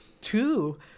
two